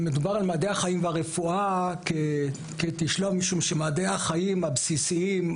מדובר על מדעי החיים והרפואה במשולב משום שמדעי החיים הבסיסיים,